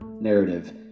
narrative